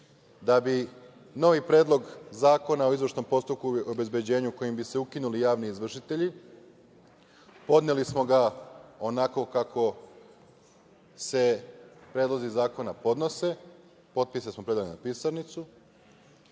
da bi novi Predlog zakona o izvršnom postupku i obezbeđenju, kojim bi se ukinuli javni izvršitelji, podneli smo ga onako kako se predlozi zakona podnose, potpise smo predali na pisarnicu,